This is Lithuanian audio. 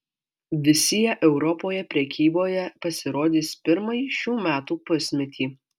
visi jie europoje prekyboje pasirodys pirmąjį šių metų pusmetį